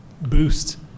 boost